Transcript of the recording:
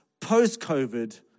post-COVID